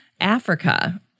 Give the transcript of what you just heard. Africa